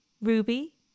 Ruby